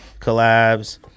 collabs